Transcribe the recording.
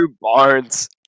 Barnes